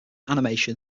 animation